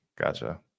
Gotcha